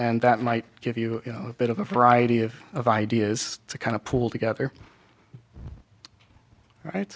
and that might give you a bit of a variety of of ideas to kind of pull together right